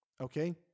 Okay